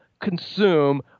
consume